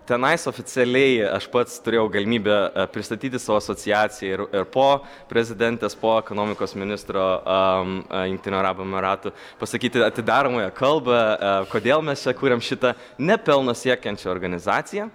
tenais oficialiai aš pats turėjau galimybę pristatyti savo asociaciją ir po prezidentės po ekonomikos ministro am jungtinių arabų emiratų pasakyti atidaromąją kalbą kodėl mes čia kuriam šitą ne pelno siekiančią organizaciją